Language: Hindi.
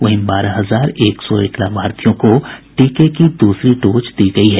वहीं बारह हजार एक सौ एक लाभार्थियों को टीके की दूसरी डोज दी गयी है